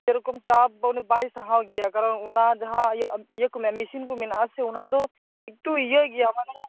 ᱥᱮᱨᱚᱠᱚᱢ ᱪᱟᱯ ᱩᱱᱤ ᱵᱟᱭ ᱥᱟᱦᱟᱣ ᱜᱮᱭᱟ ᱠᱟᱨᱚᱱ ᱚᱱᱟ ᱡᱟᱦᱟᱸ ᱤᱭᱟᱹ ᱤᱭᱟᱹᱠᱚ ᱢᱮᱱ ᱢᱤᱥᱤᱱ ᱠᱚ ᱢᱮᱱᱟᱜᱼᱟ ᱚᱱᱟᱫᱚ ᱮᱠᱴᱩ ᱤᱭᱟᱹ ᱜᱮᱭᱟ ᱢᱟᱱᱮ